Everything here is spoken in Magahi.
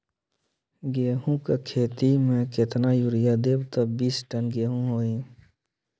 गेंहू क खेती म केतना यूरिया देब त बिस टन गेहूं होई?